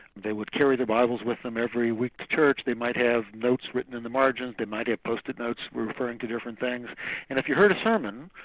they would carry the bibles with them every week to church. they might have notes written in the margins, they might have post-it notes referring to different things. and if you heard a sermon,